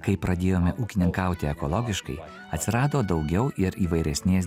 kai pradėjome ūkininkauti ekologiškai atsirado daugiau ir įvairesnės